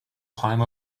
climb